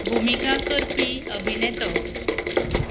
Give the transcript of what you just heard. भुमिका करपी अभिनेतो